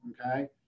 okay